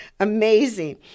Amazing